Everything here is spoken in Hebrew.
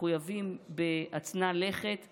מחויבים בהצנע לכת ובענווה,